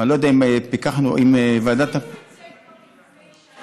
ואני לא יודע אם ועדת, עשינו את זה כבר לפני שנה.